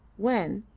when,